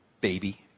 baby